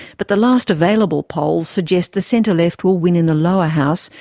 but the last available polls suggest the centre left will win in the lower house,